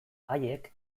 haiek